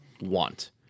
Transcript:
want